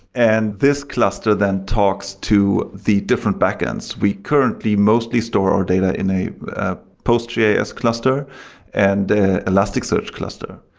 and this cluster then talks to the different backend. we currently mostly store our data in a post js cluster and elasticsearch cluster,